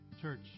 Church